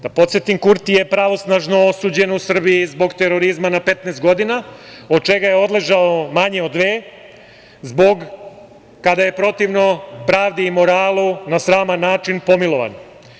Da podsetim, Kurti je pravosnažno osuđen u Srbiji zbog terorizma na 15 godina, od čega je odležao manje od dve, zbog kada je protivno pravi i moralu, na sraman način pomilovan.